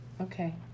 Okay